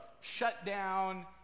shutdown